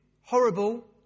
Horrible